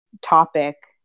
topic